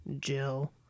Jill